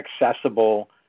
accessible